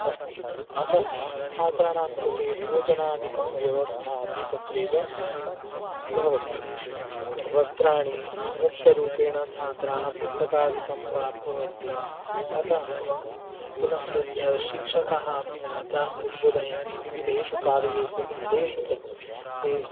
अस्ति अतः छात्राणां कृते भोजनादिकं व्यवस्था अपि तत्रैव भवति वस्त्राणि मुक्तरूपेण छात्राः पुस्तकादिकं प्राप्नुवन्ति अतः पुनश्च द शिक्षकः अपि छात्रान् उद्बोधयन्ति विविधेषु कार्येषु स्थलेषु च ते